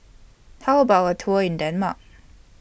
How about A Tour in Denmark